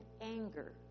anger